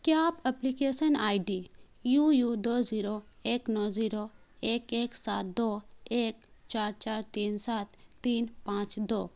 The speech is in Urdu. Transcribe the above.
کیا آپ application I D U U دو زیرو ایک نو زیرو ایک ایک سات دو ایک چار چار تین سات تین پانچ دو